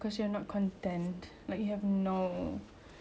eight to five job to go to right oo